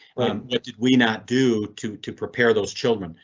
what did we not do to to prepare those children?